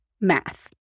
math